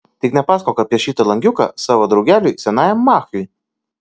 tik nepasakok apie šitą langiuką savo draugeliui senajam machiui